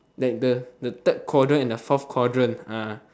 like the the third quadrant and the fourth quadrant ah